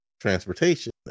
transportation